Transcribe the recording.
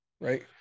right